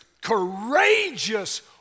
courageous